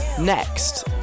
Next